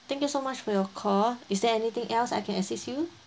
thank you so much for your call is there anything else I can assist you